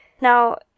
Now